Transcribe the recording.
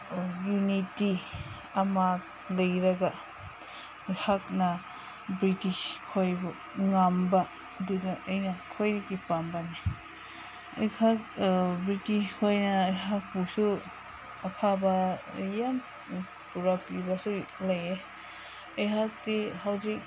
unity ꯑꯃ ꯂꯩꯔꯒ ꯑꯩꯍꯥꯛꯅ ꯕ꯭ꯔꯤꯇꯤꯁ ꯈꯣꯏꯕꯨ ꯉꯝꯕ ꯑꯗꯨꯅ ꯑꯩꯅ ꯈ꯭ꯋꯥꯏꯗꯒꯤ ꯄꯥꯝꯕꯅꯤ ꯑꯩꯍꯥꯛ ꯕ꯭ꯔꯤꯇꯤꯁ ꯈꯣꯏꯅ ꯑꯩꯍꯥꯛꯄꯨꯁꯨ ꯑꯐꯕ ꯌꯥꯝ ꯄꯨꯔꯛꯂꯤꯕꯁꯨ ꯂꯩꯌꯦ ꯑꯩꯍꯥꯛꯇꯤ ꯍꯧꯖꯤꯛ